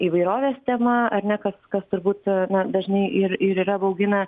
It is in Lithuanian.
įvairovės tema ar ne kas kas turbūt na dažnai ir ir yra baugina